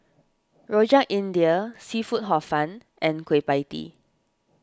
Rojak India Seafood Hor Fun and Kueh Pie Tee